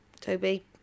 toby